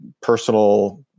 personal